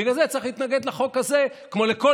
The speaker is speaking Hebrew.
בגלל זה צריך להתנגד לחוק הזה כמו לכל